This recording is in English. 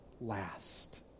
last